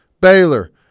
Baylor